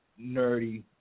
nerdy